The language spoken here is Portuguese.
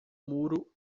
muro